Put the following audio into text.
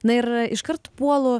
na ir iškart puolu